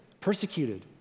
persecuted